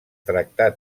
tractar